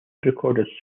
recorded